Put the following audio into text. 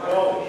פרוש.